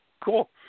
Cool